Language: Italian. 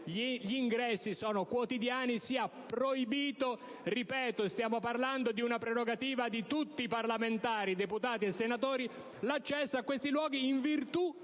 gli ingressi sono quotidiani, sia proibito (ripeto, stiamo parlando di una prerogativa di tutti i parlamentari: deputati e senatori) l'accesso a tali luoghi, in virtù